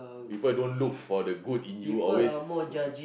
people don't look for the good in you always